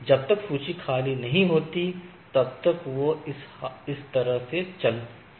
जब तक सूची खाली नहीं होती है तब तक यह इस तरह से चल जाता है